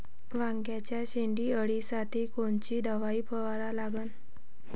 वांग्याच्या शेंडी अळीवर कोनची दवाई फवारा लागन?